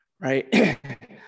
right